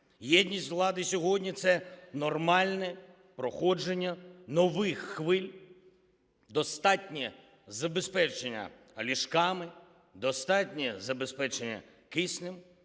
Єдність влади сьогодні – це нормальне проходження нових хвиль, достатнє забезпечення ліжками, достатнє забезпечення киснем,